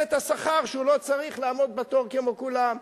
את השכר שהוא לא צריך לעמוד בתור כמו כולם,